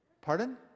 pardon